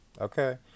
okay